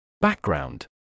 Background